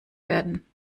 werden